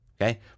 okay